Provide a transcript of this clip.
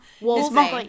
Wolf